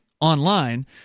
online